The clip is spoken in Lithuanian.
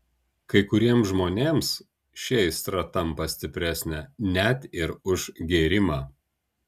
kai kuriems žmonėms ši aistra tampa stipresnė net ir už gėrimą